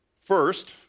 First